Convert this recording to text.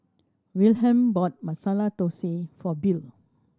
Wilhelm bought Masala Dosa for Bill